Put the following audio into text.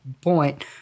point